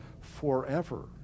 forever